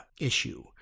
issue